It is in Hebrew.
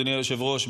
אדוני היושב-ראש,